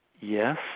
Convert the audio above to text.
yes